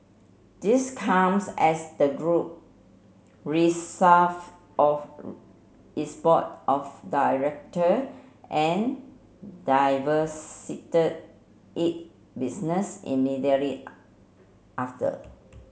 this comes as the group of its board of director and it business immediately after